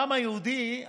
בעם היהודי,